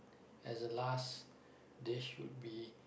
as a last dish would be